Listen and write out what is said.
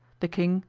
the king,